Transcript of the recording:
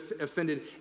offended